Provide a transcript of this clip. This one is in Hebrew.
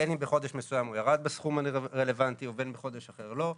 בין אם בחודש מסוים הוא ירד בסכום הרלוונטי ובין אם בחודש אחר לא.